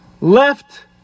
left